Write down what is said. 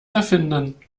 erfinden